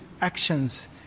actions